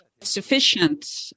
sufficient